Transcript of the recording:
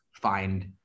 find